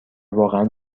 واقعا